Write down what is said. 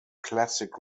classic